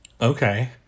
Okay